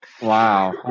Wow